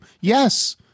Yes